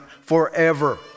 forever